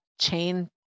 chain